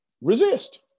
resist